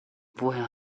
woher